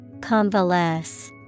convalesce